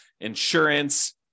insurance